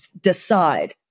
decide